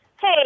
Hey